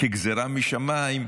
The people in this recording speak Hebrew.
כגזרה משמים,